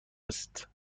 است